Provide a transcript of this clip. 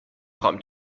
خوام